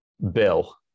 Bill